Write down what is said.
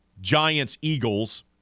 Giants-Eagles